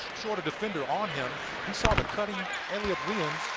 shorter defend on him. he saw the cutting elliot williams.